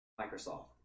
Microsoft